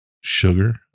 sugar